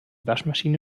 waschmaschine